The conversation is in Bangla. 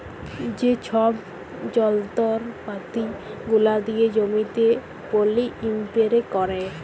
যে ছব যল্তরপাতি গুলা দিয়ে জমিতে পলী ইস্পেরে ক্যারে